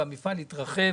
המפעל התרחב